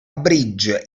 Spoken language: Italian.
bridge